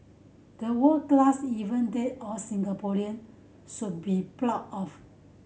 the world class event that all Singaporean should be proud of